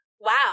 wow